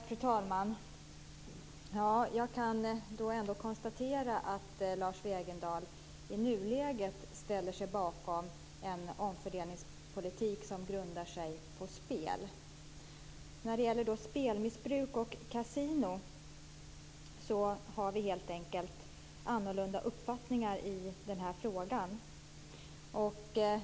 Fru talman! Jag kan ändå konstatera att Lars Wegendal i nuläget ställer sig bakom en omfördelningspolitik som grundar sig på spel. När det gäller spelmissbruk och kasinon har vi helt enkelt annorlunda uppfattning i den här frågan.